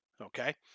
Okay